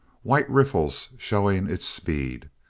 white riffles showing its speed.